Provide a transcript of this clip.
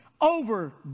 over